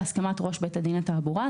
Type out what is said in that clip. בהסכמת ראש בית דין לתעבורה,